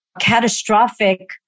catastrophic